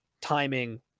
timing